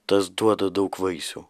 tas duoda daug vaisių